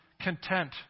content